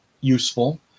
useful